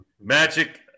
Magic